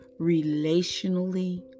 relationally